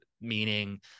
meaning